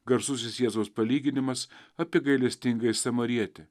garsusis jėzaus palyginimas apie gailestingąjį samarietį